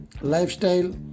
lifestyle